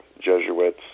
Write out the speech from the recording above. Jesuits